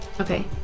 Okay